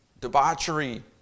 debauchery